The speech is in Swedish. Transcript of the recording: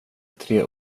tre